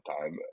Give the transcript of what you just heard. time